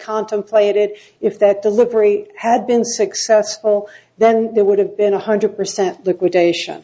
contemplated if that delivery had been successful then there would have been one hundred percent liquidation